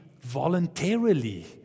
voluntarily